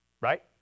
Right